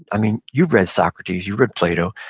i mean, you've read socrates. you've read plato.